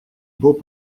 beaux